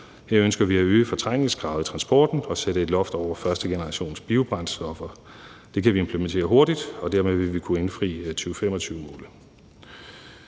Her ønsker vi at øge fortrængningskravet i transporten og sætte et loft over førstegenerationsbiobrændstoffer. Det kan vi implementere hurtigt, og dermed vil vi kunne indfri 2025-målet.